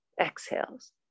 Exhales